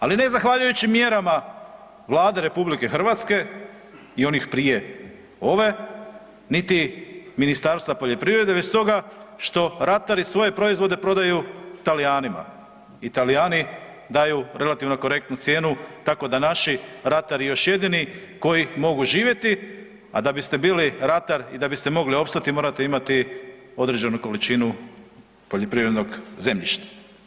Ali, ne zahvaljujući mjerama Vlade RH i onih prije ove niti Ministarstva poljoprivrede već stoga što ratari svoje proizvode prodaju Talijanima i Talijani daju relativno korektnu cijenu, tako da naši ratari još jednini koji mogu živjeti, a da biste bili ratar i da biste mogli opstati, morate imati određenu količinu poljoprivrednog zemljišta.